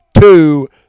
two